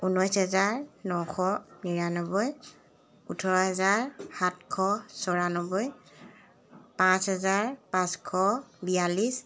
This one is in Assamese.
ঊনৈছ হাজাৰ নশ নিৰান্নব্বৈ ওঠৰ হাজাৰ সাতশ চৌৰান্নব্বৈ পাঁচ হাজাৰ পাঁচশ বিয়াল্লিছ